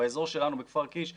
באזור שלנו בכפר קיש,